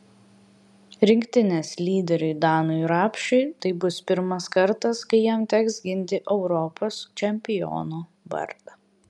rinktinės lyderiui danui rapšiui tai bus pirmas kartas kai jam teks ginti europos čempiono vardą